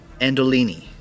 Andolini